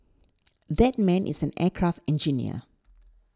that man is an aircraft engineer